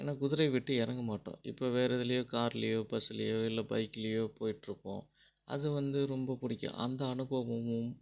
ஏன்னா குதிரையை விட்டு இறங்கமாட்டோம் இப்போ வேறு எதுலையோ கார்லையோ பஸ்லையோ இல்லை பைக்லையோ போய்ட்ருப்போம் அது வந்து ரொம்ப பிடிக்கும் அந்த அனுபவமும்